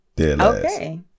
Okay